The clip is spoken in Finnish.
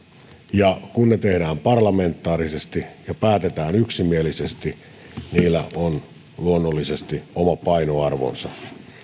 ja kun ne tehdään parlamentaarisesti ja päätetään yksimielisesti niillä on luonnollisesti oma painoarvonsa